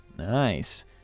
nice